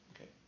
Okay